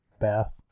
bath